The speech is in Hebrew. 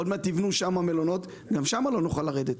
עוד מעט יבנו שם מלונות וגם שם לא נוכל לרדת.